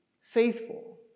faithful